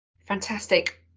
Fantastic